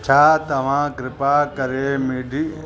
छा तव्हां कृपा करे मिडी